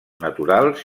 naturals